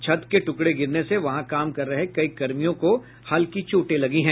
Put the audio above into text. छत के टुकड़े गिरने से वहां काम कर रहे कई कर्मियों को हल्की चोंटे लगी हैं